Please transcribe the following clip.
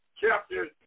chapter